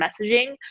messaging